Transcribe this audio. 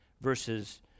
versus